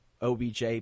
obj